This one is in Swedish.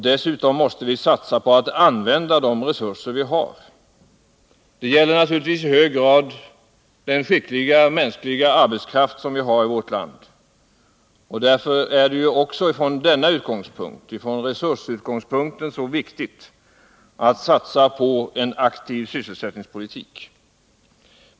Dessutom vet vi att vi måste satsa på att använda de resurser vi har. Det gäller naturligtvis i hög grad den skickliga arbetskraft som vi har i vårt land. Därför är det också från denna utgångspunkt så viktigt att satsa på en aktiv sysselsättningspolitik.